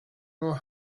your